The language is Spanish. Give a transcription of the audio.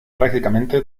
prácticamente